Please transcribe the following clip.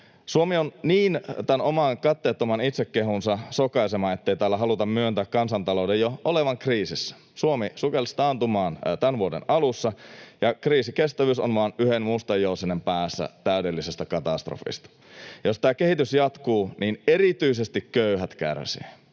Suomi on niin tämän oman katteettoman itsekehunsa sokaisema, ettei täällä haluta myöntää kansantalouden jo olevan kriisissä. Suomi sukelsi taantumaan tämän vuoden alussa, ja kriisikestävyys on vain yhden mustan joutsenen päässä täydellisestä katastrofista. Jos tämä kehitys jatkuu, niin erityisesti köyhät kärsivät.